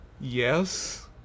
yes